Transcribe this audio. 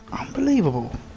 Unbelievable